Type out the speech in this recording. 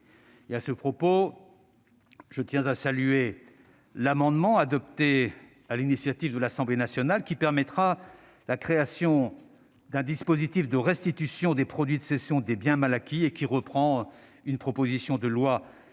À ce propos, je tiens à saluer l'amendement adopté sur l'initiative de l'Assemblée nationale qui permettra la création d'un dispositif de restitution des produits de cession des « biens mal acquis » et qui reprend une proposition de loi de